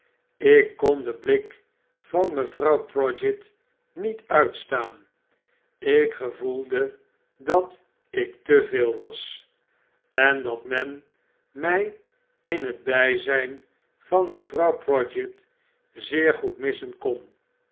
ik konden blik van mevrouw prodgit niet uitstaan ik gevoelde dat ik te veel was en dat men mij in het bijzijn van mevrouw prodgit zeer goed missen kon